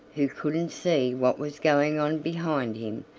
who couldn't see what was going on behind him,